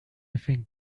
think